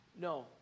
No